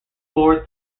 poor